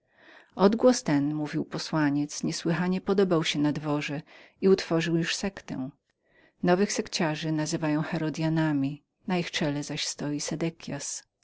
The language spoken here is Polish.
odgłos ten mówił posłaniec niesłychanie podobał się na dworze i utworzył już sektę nowych sekretarzów nazywają herodystami na ich czele zaś stoi